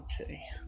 Okay